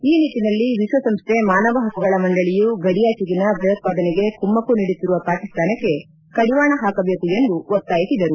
ಈ ನಿಟ್ಟನಲ್ಲಿ ವಿಶ್ವಸಂಸ್ಥೆ ಮಾನವ ಹಕ್ಕುಗಳ ಮಂಡಳಿಯು ಗಡಿಯಾಚೆಗಿನ ಭಯೋತ್ಪಾದನೆಗೆ ಕುಮ್ಹಕ್ಕು ನೀಡುತ್ತಿರುವ ಪಾಕಿಸ್ತಾನಕ್ಕೆ ಕಡಿವಾಣ ಹಾಕಬೇಕು ಎಂದು ಒತ್ತಾಯಿಸಿದರು